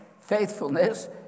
faithfulness